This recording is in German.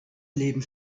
leben